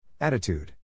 Attitude